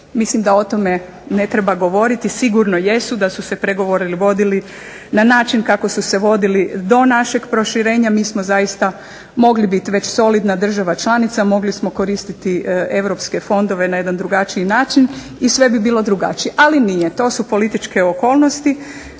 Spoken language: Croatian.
Mislim da o tome ne treba govoriti, sigurno jesu da su se pregovori vodili na način kako su se vodili do našeg proširenja. Mi smo zaista mogli biti već solidna država članica, mogli smo koristiti europske fondove na jedan drugačiji način i sve bi bilo drugačije. Ali nije. To su političke okolnosti